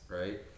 right